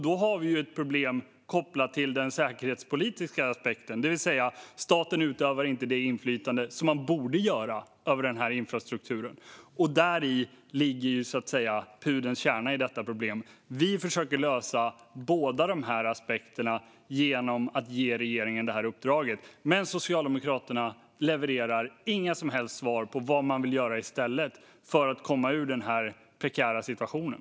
Då har vi ett problem kopplat till den säkerhetspolitiska aspekten, det vill säga att staten inte utövar det inflytande man borde över den här infrastrukturen. Detta är så att säga pudelns kärna när det gäller det här problemet. Vi försöker lösa båda dessa aspekter genom att ge regeringen det här uppdraget. Men Socialdemokraterna levererar inga som helst svar på vad man i stället vill göra för att komma ur den här prekära situationen.